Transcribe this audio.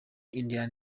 indian